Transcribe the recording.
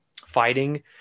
fighting